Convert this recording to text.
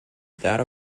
that